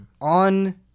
on